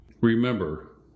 Remember